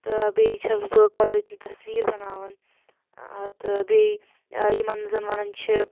تہٕ بیٚیہِ چھَس بہٕ قۄدرٔتی تصویر بَناوان تہٕ بیٚیہِ یِمن زَن وَنان چھِ